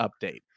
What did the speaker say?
Update